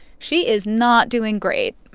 she is not doing great.